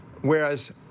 Whereas